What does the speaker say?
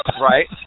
right